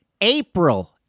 April